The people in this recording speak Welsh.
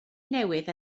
newydd